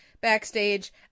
backstage